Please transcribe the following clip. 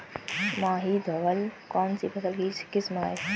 माही धवल कौनसी फसल की किस्म है?